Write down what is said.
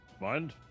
Mind